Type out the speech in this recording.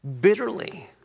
bitterly